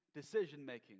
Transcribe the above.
decision-making